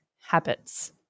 habits